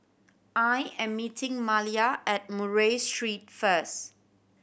I am meeting Malia at Murray Street first